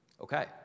Okay